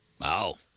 Wow